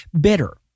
bitter